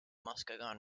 muskegon